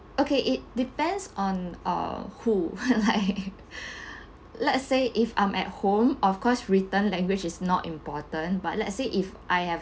okay it depends on uh who like let's say if I'm at home of course written language is not important but let's say if I have